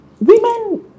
women